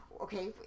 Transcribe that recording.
Okay